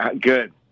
Good